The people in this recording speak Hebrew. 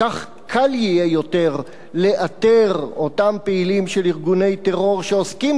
כך קל יהיה יותר לאתר את אותם פעילים של ארגוני טרור שעוסקים